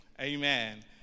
Amen